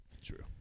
True